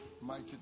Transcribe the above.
Mighty